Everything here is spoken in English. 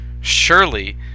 Surely